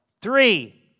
Three